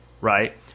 Right